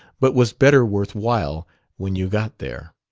but was better worth while when you got there.